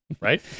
Right